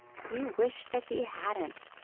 he wished that he hadn't.